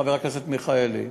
חבר הכנסת מיכאלי,